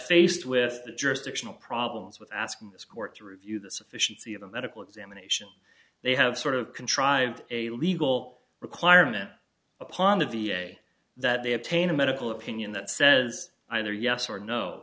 faced with the jurisdictional problems with asking this court to review the sufficiency of a medical examination they have sort of contrived a legal requirement upon the v a that they obtain a medical opinion that says either yes or no